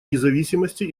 независимости